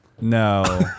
No